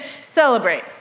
celebrate